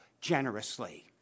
generously